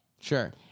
Sure